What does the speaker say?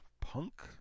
punk